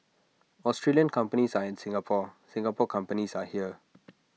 Australian companies are in Singapore Singapore companies are here